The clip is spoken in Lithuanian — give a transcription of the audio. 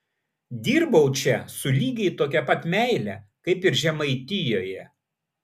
dirbau čia su lygiai tokia pat meile kaip ir žemaitijoje